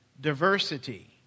diversity